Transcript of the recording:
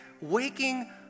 waking